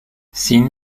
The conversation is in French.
sean